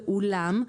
ואולם,